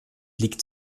liegt